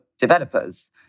developers